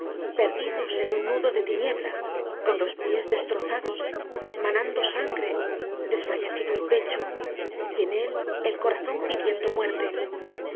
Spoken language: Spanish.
perdidos en un nudo de tinieblas con los pies destrozados manando sangre desfallecido el pecho y en él el corazón pidiendo muerte